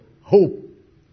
hope